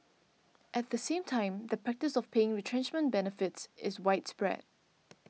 at the same time the practice of paying retrenchment benefits is widespread